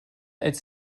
als